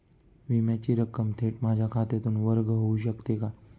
विम्याची रक्कम थेट माझ्या खात्यातून वर्ग होऊ शकते का?